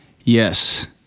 yes